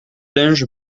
linge